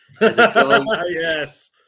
yes